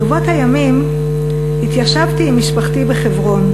ברבות הימים התיישבתי עם משפחתי בחברון,